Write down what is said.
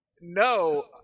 No